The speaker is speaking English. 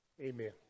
Amen